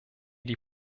die